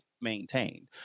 maintained